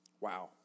Wow